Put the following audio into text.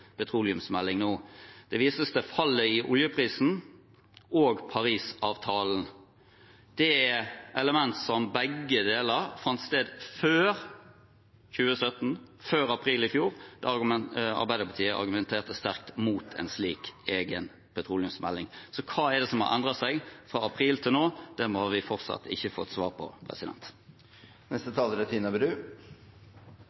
petroleumsmelding nå. Det vises til fallet i oljeprisen og til Parisavtalen. Begge deler er elementer som fant sted før 2017, før april i fjor, da Arbeiderpartiet argumenterte sterkt mot en slik egen petroleumsmelding. Så hva er det som har endret seg fra april til nå? Det har vi fortsatt ikke fått svar på.